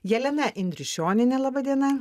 jelena indrišionienė laba diena